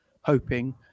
hoping